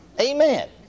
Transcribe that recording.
Amen